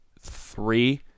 three